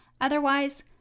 Otherwise